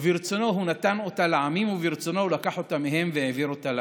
וברצונו הוא נתן אותה לעמים וברצונו הוא לקח אותה מהם והעביר אותה לנו.